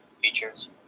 features